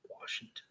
Washington